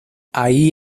ahí